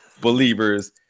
believers